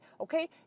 Okay